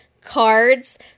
cards